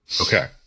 Okay